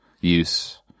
use